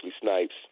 Snipes